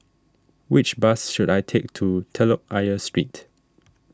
which bus should I take to Telok Ayer Street